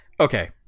okay